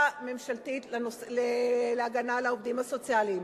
ממשלתית להגנה על העובדים הסוציאליים.